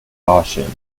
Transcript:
caution